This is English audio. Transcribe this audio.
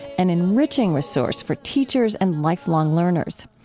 an enriching resource for teachers and lifelong learners.